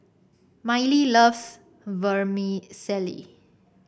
Mylie loves Vermicelli